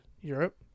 Europe